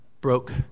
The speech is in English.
broke